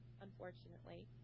unfortunately